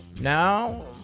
Now